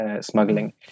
smuggling